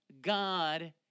God